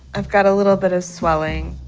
i've got a little bit of swelling.